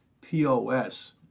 pos